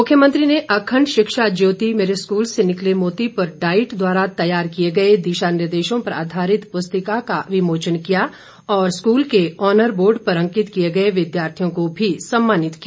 मुख्यमंत्री ने अखंड शिक्षा ज्योति मेरे स्कूल से निकले मोती पर डाईट द्वारा तैयार किए गए दिशा निर्देशों पर आधारित पुस्तिका का विमोचन किया और स्कूल के ऑनर बोर्ड पर अंकित किए गए विद्यार्थियों को भी सम्मानित किया